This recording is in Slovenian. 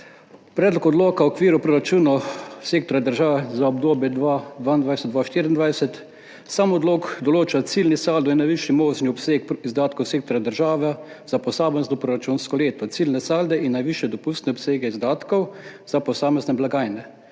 Predlog odloka o okviru proračunov sektorja država za obdobje 2022–2024 določa ciljni saldo in najvišji možni obseg izdatkov sektorja država za posamezno proračunsko leto, ciljne salde in najvišje dopustne obsege izdatkov za posamezne blagajne